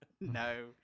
No